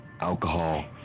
alcohol